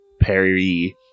Perry